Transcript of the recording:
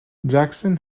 jackson